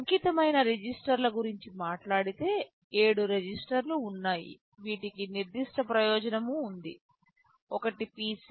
అంకితమైన రిజిస్టర్ల గురించి మాట్లాడితే 7 రిజిస్టర్లు ఉన్నాయి వీటికి నిర్దిష్ట ప్రయోజనం ఉంది ఒకటి పిసి